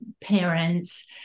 parents